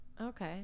Okay